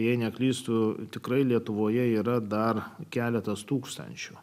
jei neklystu tikrai lietuvoje yra dar keletas tūkstančių